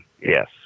yes